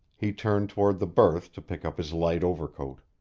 he turned toward the berth to pick up his light overcoat.